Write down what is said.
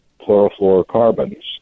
chlorofluorocarbons